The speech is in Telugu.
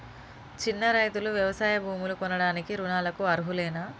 చిన్న రైతులు వ్యవసాయ భూములు కొనడానికి రుణాలకు అర్హులేనా?